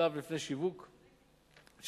בשלב לפני שיווק, ב.